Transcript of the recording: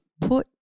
put